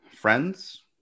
friends